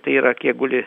tai yra kiek guli